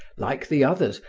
like the others,